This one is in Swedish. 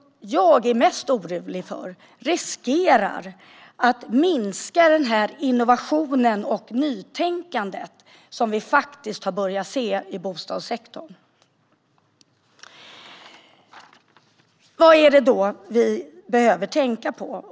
Jag är mest orolig för att subventionerna minskar innovations och nytänkandet som vi ändå har börjat se i bostadssektorn. Vad behöver vi då tänka på?